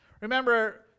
Remember